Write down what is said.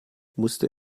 musste